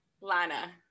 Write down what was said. Lana